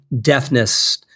deafness